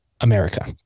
America